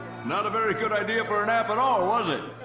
not a very good idea for an app at all, was it?